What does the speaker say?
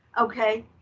Okay